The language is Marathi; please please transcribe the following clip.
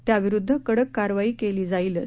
त्याविरुद्ध कडक कारवाई केली जाईलच